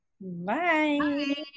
Bye